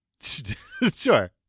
Sure